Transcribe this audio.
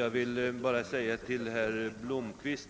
Herr talman! Herr Blomkvist